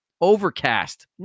Overcast